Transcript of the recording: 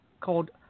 called